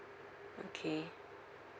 okay